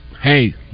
hey